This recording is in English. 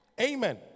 Amen